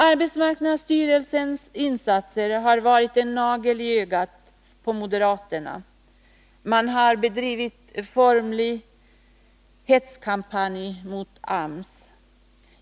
Arbetsmarknadsstyrelsens insatser har varit en ”nagel i ögat” på moderaterna — man har bedrivit en formlig hetskampanj mot AMS.